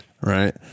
right